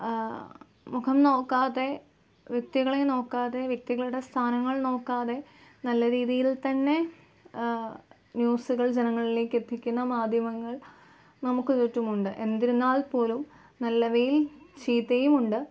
മുഖം നോക്കാതെ വ്യക്തികളെ നോക്കാത വ്യക്തികളുടെ സ്ഥാനങ്ങൾ നോക്കാതെ നല്ല രീതിയിൽത്തന്നെ ന്യൂസുകൾ ജനങ്ങളിലേക്കെത്തിക്കുന്ന മാധ്യമങ്ങൾ നമുക്ക് ചുറ്റുമുണ്ട് എന്നിരുന്നാൽപ്പോലും നല്ലവയില് ചീത്തയുമുണ്ട്